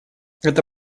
это